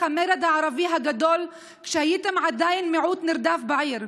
המרד הערבי הגדול כשהם היו עדיין מיעוט נרדף בעיר,